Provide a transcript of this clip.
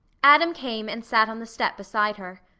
adam came and sat on the step beside her.